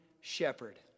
shepherd